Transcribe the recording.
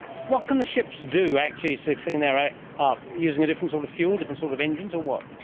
what can the ships do actually to clean their act up using a different sort of fuel, different sort of engines, or what?